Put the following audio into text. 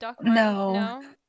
No